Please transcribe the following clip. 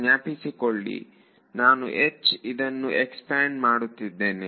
ಜ್ಞಾಪಿಸಿಕೊಳ್ಳಿ ನಾನು ಇದನ್ನು ಎಕ್ಸ್ಪಾಂಡ್ ಮಾಡುತ್ತಿದ್ದೇನೆ